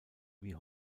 wie